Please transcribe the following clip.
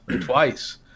twice